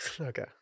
Okay